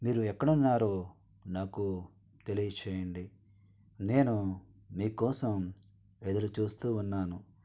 మీరు ఎక్కడ ఉన్నారో నాకు తెలియజేయండి నేను మీకోసం ఎదురు చూస్తూ ఉన్నాను